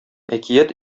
әкият